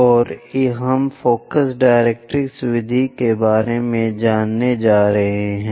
और हम focus directrix विधि के बारे में जानने जा रहे हैं